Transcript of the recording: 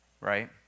Right